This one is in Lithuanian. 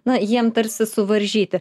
na jiem tarsi suvaržyti